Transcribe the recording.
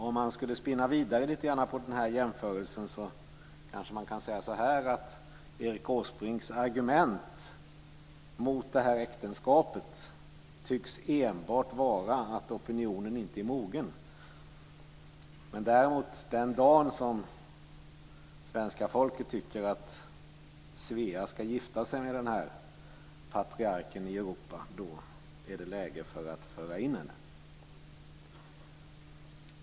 Om man skulle spinna vidare litet grand på den jämförelsen kanske man kan säga att Erik Åsbrinks argument mot det här äktenskapet enbart tycks vara att opinionen inte är mogen. Den dag då svenska folket tycker att Svea skall gifta sig med den här patriarken i Europa, är det däremot läge för att föra in henne.